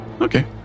Okay